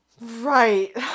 right